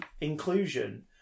inclusion